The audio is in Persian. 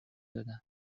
دادند